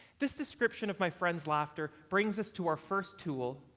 this description of my friend's laughter brings us to our first tool,